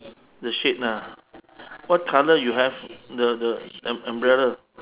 the shade ah what colour you have the the um~ umbrella